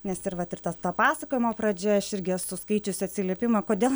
nes ir vat ir ta to pasakojimo pradžia aš irgi esu skaičiusi atsiliepimą kodėl